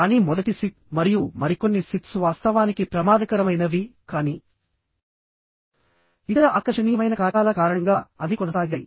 కానీ మొదటి సిప్ మరియు మరికొన్ని సిప్స్ వాస్తవానికి ప్రమాదకరమైనవి కానీ ఇతర ఆకర్షణీయమైన కారకాల కారణంగా అవి కొనసాగాయి